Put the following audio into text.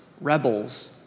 rebels